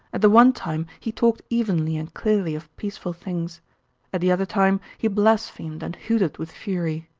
at the one time he talked evenly and clearly of peaceful things at the other time he blasphemed and hooted with fury.